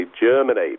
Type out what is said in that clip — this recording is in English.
Germany